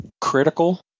critical